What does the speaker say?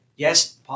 Yes